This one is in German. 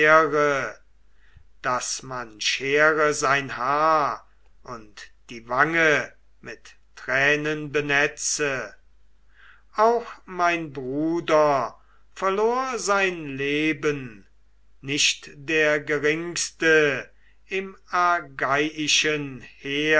daß man schere sein haar und die wange mit tränen benetze auch mein bruder verlor sein leben nicht der geringste im argeiischen